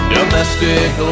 Domestic